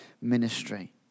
ministry